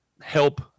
help